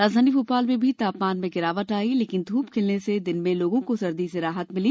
राजधानी भोपाल में भी तापमान में गिरावट आई लेकिन धूप खिलने से दिन में लोगों को सर्दी से राहत मिली